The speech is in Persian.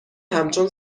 همچون